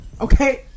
okay